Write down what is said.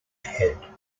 ahead